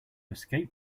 escape